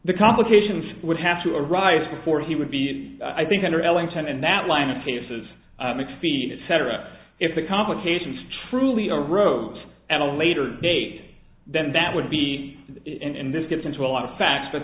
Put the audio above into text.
the complications would have to arise before he would be i think under ellington and that line of cases mcphee cetera if the complications truly are wrote at a later date then that would be in this gets into a lot of facts but